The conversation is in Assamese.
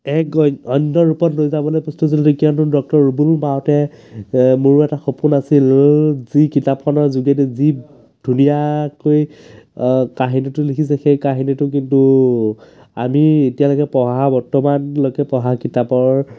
এক অন্য ৰূপত লৈ যাবলৈ প্ৰস্তুত হৈছিলোঁ কিয়নো ডক্টৰ ৰুবুল মাউতে মোৰো এটা সপোন আছিল যি কিতাপখনৰ যোগেদি যি ধুনীয়াকৈ কাহিনীটো লিখিছে সেই কাহিনীটো কিন্তু আমি এতিয়ালৈকে পঢ়া বৰ্তমানলৈকে পঢ়া কিতাপৰ